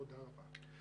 תודה רבה.